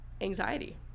anxiety